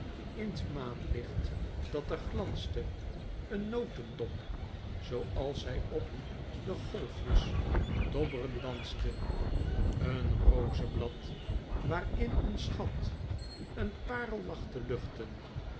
in t maanlicht dat er glanste een notendop zooals zij op de golfjens dobbrend danste een rozeblad waarin een schat een paerel lag te luchten